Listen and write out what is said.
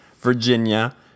Virginia